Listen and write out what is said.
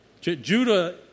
Judah